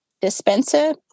dispenser